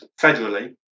federally